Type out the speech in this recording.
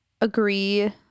agree